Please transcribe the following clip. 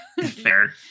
fair